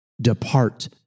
Depart